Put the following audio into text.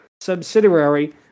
subsidiary